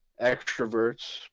extroverts